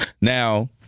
Now